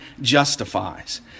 justifies